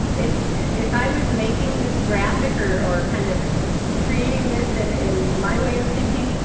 if if i was making this graphic, or or kind of creating this in in my way of thinking,